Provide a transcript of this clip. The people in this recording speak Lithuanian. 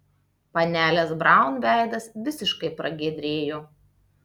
panelės braun veidas visiškai pragiedrėjo